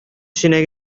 эченә